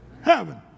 Heaven